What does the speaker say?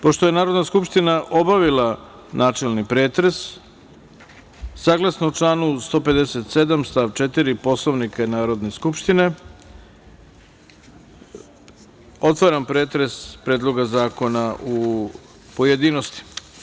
Pošto je Narodna skupština obavila načelni pretres, saglasno članu 157. stav 4. Poslovnika Narodne skupštine otvaram pretres Predloga zakona u pojedinostima.